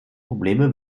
probleme